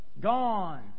Gone